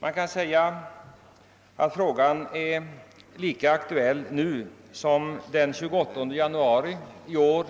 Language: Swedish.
Frågan är fortfarande lika aktuell som den 28 januari i år